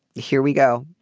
here we go.